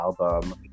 album